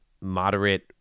moderate